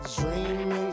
dreaming